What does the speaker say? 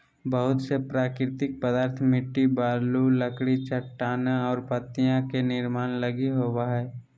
बहुत से प्राकृतिक पदार्थ मिट्टी, बालू, लकड़ी, चट्टानें और पत्तियाँ के निर्माण लगी होबो हइ